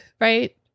Right